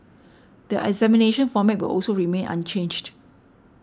the examination format will also remain unchanged